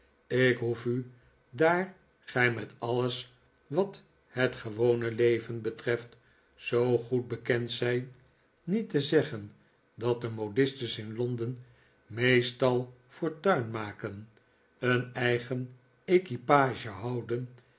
ik hoef u daar gij met alles wat het gewone leven betreft zoo goed bekend zijt niet te zeggen dat de modistes in londen meestal fortuin maken een eigen equipage houden